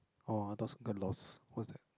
orh I thought sunken lost what's that